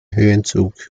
höhenzug